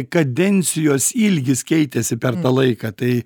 kadencijos ilgis keitėsi per tą laiką tai